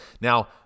Now